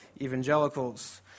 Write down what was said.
evangelicals